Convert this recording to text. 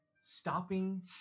stopping